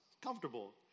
comfortable